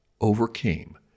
overcame